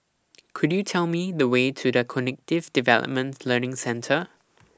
Could YOU Tell Me The Way to The Cognitive Development Learning Centre